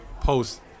post